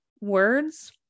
words